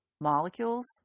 molecules